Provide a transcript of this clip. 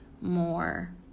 more